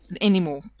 anymore